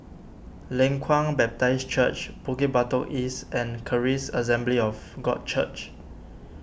Leng Kwang Baptist Church Bukit Batok East and Charis Assembly of God Church